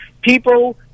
People